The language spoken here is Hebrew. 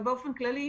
אבל באופן כללי,